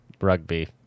Rugby